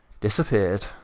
disappeared